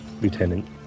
lieutenant